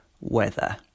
weather